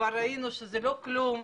כבר ראינו שזה לא כלום.